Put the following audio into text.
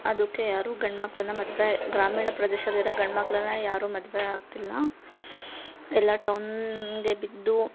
ಅದಕ್ಕೆ ಯಾರು ಗಂಡ್ಮಕ್ಕಳನ್ನ ಮದ್ವೆ ಗ್ರಾಮೀಣ ಪ್ರದೇಶಲಿರೊ ಗಂಡ್ಮಕ್ಕಳನ್ನ ಯಾರು ಮದ್ವೆ ಆಗ್ತಿಲ್ಲ ಎಲ್ಲಾ ಟೌನ್ಗೆ ಬಿದ್ದು